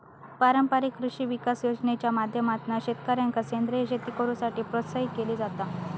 पारंपारिक कृषी विकास योजनेच्या माध्यमातना शेतकऱ्यांका सेंद्रीय शेती करुसाठी प्रोत्साहित केला जाता